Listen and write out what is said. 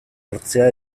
hartzea